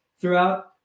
throughout